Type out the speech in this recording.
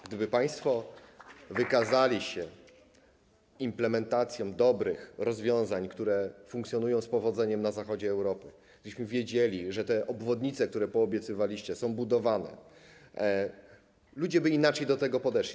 Gdyby państwo wykazali się implementacją dobrych rozwiązań, które funkcjonują z powodzeniem na zachodzie Europy, gdybyśmy wiedzieli, że te obwodnice, które poobiecywaliście, są budowane, ludzie by inaczej do tego podeszli.